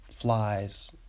Flies